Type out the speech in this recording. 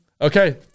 Okay